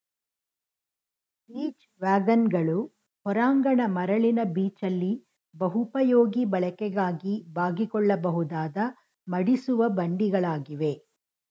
beach ವ್ಯಾಗನ್ಗಳು ಹೊರಾಂಗಣ ಮರಳಿನ ಬೀಚಲ್ಲಿ ಬಹುಪಯೋಗಿ ಬಳಕೆಗಾಗಿ ಬಾಗಿಕೊಳ್ಳಬಹುದಾದ ಮಡಿಸುವ ಬಂಡಿಗಳಾಗಿವೆ